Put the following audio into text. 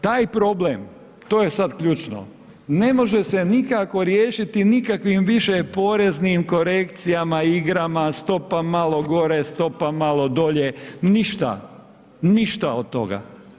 Taj problem, to je sad ključno, ne može se nikako riješiti nikakvim više poreznim korekcijama, igrama, stopa malo gore, stopa malo dolje, ništa, ništa od toga.